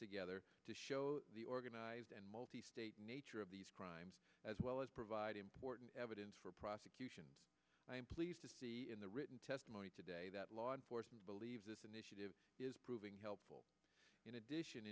together to show the organized and multi state nature of these crimes as well as vied important evidence for prosecution i am pleased to see in the written testimony today that law enforcement believes this initiative is proving helpful in addition